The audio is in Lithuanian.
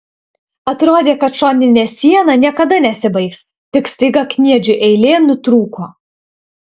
atrodė kad šoninė siena niekada nesibaigs tik staiga kniedžių eilė nutrūko